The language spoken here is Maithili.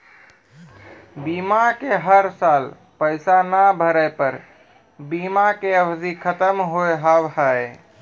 बीमा के हर साल पैसा ना भरे पर बीमा के अवधि खत्म हो हाव हाय?